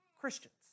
Christians